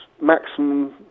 maximum